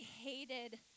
hated